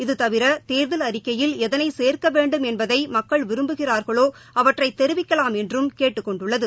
இதுதவிர தேர்தல் அறிக்கையில் எதனை சேர்க்க வேண்டும் என்பதை மக்கள் விரும்புகிறார்களோ அவற்றை தெரிவிக்கலாம் என்றும் கேட்டுள்ளது